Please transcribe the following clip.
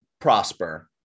prosper